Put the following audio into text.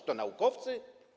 Kto, naukowcy?